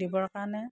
দিবৰ কাৰণে